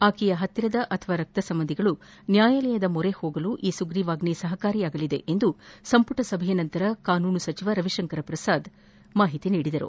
ಆಕೆಯ ಪತ್ತಿರದ ಅಥವಾ ರಕ್ತಸಂಬಂಧಿಗಳು ನ್ಯಾಯಾಲಯದ ಮೊರೆ ಹೋಗಲು ಸುಗ್ರೀವಾಜ್ಞೆ ಸಹಕಾರಿಯಾಗಲಿದೆ ಎಂದು ಸಂಪುಟ ಸಭೆಯ ನಂತರ ಕಾನೂನು ಸಚಿವ ರವಿಶಂಕರ್ ಪ್ರಸಾದ್ ತಿಳಿಸಿದರು